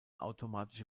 automatische